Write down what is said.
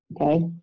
Okay